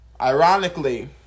Ironically